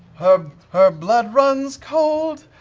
um her blood runs cold,